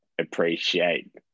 appreciate